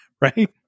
Right